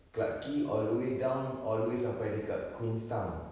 clarke quay all the down all the way sampai dekat queenstown